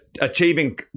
achieving